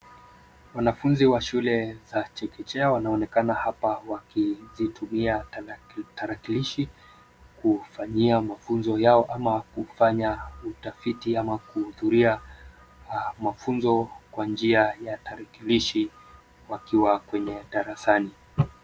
Wanafunzi wa shule za chekechea wanaonekana hapa wakizitumia tarakilishi kufanyia mafunzo yao ama kufanya utafiti ama kuhudhuria mafunzo kwa njia ya tarakilishi wakiwa kwenye darasani.